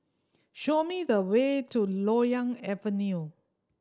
show me the way to Loyang Avenue